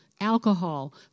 alcohol